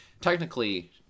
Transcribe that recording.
technically